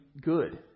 good